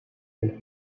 del